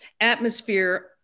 atmosphere